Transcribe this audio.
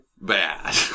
bad